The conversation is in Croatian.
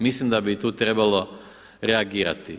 Mislim da bi i tu trebalo reagirati.